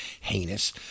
heinous